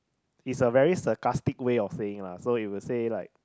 is a very sarcastic way of saying lah so it will say like